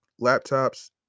laptops